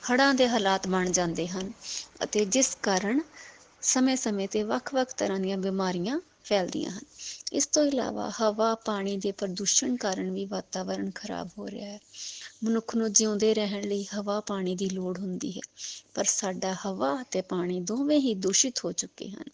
ਹੜਾਂ ਦੇ ਹਾਲਾਤ ਬਣ ਜਾਂਦੇ ਹਨ ਅਤੇ ਜਿਸ ਕਾਰਨ ਸਮੇਂ ਸਮੇਂ 'ਤੇ ਵੱਖ ਵੱਖ ਤਰ੍ਹਾਂ ਦੀਆਂ ਬਿਮਾਰੀਆਂ ਫੈਲਦੀਆਂ ਹਨ ਇਸ ਤੋਂ ਇਲਾਵਾ ਹਵਾ ਪਾਣੀ ਦੇ ਪ੍ਰਦੂਸ਼ਣ ਕਾਰਨ ਵੀ ਵਾਤਾਵਰਨ ਖ਼ਰਾਬ ਹੋ ਰਿਹਾ ਹੈ ਮਨੁੱਖ ਨੂੰ ਜਿਉਂਦੇ ਰਹਿਣ ਲਈ ਹਵਾ ਪਾਣੀ ਦੀ ਲੋੜ ਹੁੰਦੀ ਹੈ ਪਰ ਸਾਡਾ ਹਵਾ ਅਤੇ ਪਾਣੀ ਦੋਵੇਂ ਹੀ ਦੂਸ਼ਿਤ ਹੋ ਚੁੱਕੇ ਹਨ